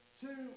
two